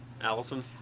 Allison